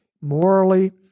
morally